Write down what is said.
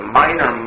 minor